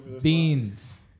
Beans